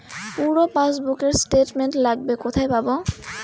পুরো পাসবুকের স্টেটমেন্ট লাগবে কোথায় পাব?